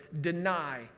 deny